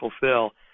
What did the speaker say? fulfill